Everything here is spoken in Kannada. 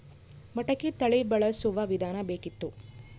ಮಟಕಿ ತಳಿ ಬಳಸುವ ವಿಧಾನ ಬೇಕಿತ್ತು?